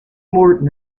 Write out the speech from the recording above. morton